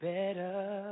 better